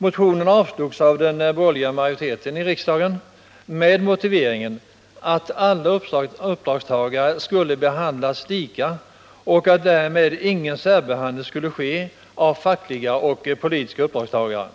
Motionen avslogs av den borgerliga majoriteten i riksdagen med motiveringen att alla uppdragstagare skulle behandlas lika och att därmed ingen särbehandling skulle ske av fackliga och politiska uppdragstagare.